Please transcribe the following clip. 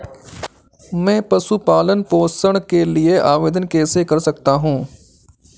मैं पशु पालन पोषण के लिए आवेदन कैसे कर सकता हूँ?